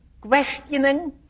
questioning